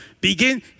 begin